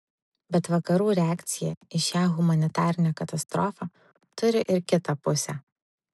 bet vakarų reakcija į šią humanitarinę katastrofą turi ir kitą pusę